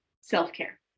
self-care